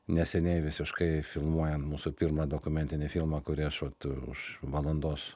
neseniai visiškai filmuojant mūsų pirmą dokumentinį filmą kurį aš vat už valandos